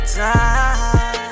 time